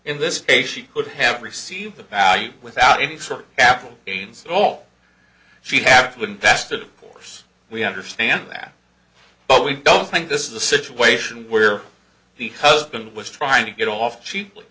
in this case she could have received the value without any sort capital gains at all she'd have to invest it of course we understand that but we don't think this is a situation where the husband was trying to get off cheaply